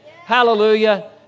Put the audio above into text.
Hallelujah